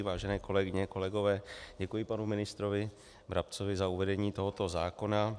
Vážené kolegyně, kolegové, děkuji panu ministrovi Brabcovi za uvedení tohoto zákona.